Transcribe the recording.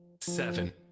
seven